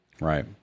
Right